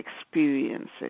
experiences